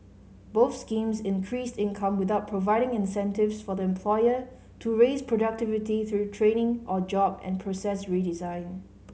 both schemes increased income without providing incentives for the employer to raise productivity through training or job and process redesign